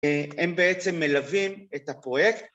הם בעצם מלווים את הפרויקט